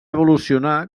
evolucionar